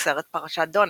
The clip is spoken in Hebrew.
בסרט "פרשת דונובן"